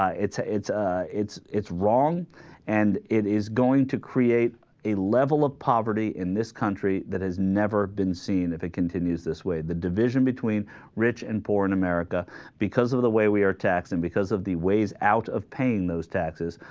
ah it's a it's a it's it's wrong and it is going to create a level of poverty in this country that has never been seen if it continues this way the division between rich and poor in america because of the way we are taxing because of the ways out of paying those taxes